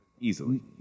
Easily